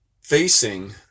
facing